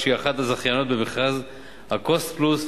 שהיא אחת הזכייניות במכרז ה"קוסט פלוס"